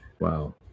wow